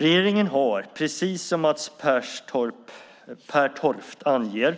Regeringen har, precis som Mats Pertoft anger,